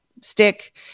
stick